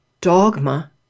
dogma